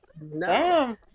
no